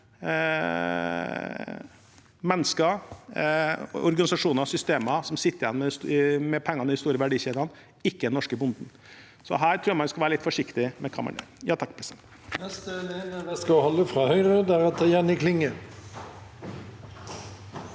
mennesker, organisasjoner og systemer som sitter igjen med pengene i de store verdikjedene, ikke den norske bonden. Her tror jeg man skal være litt forsiktig med hva man gjør. Lene